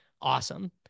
awesome